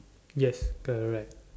yes correct